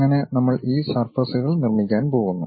അങ്ങനെ നമ്മൾ ഈ സർഫസ്കൾ നിർമ്മിക്കാൻ പോകുന്നു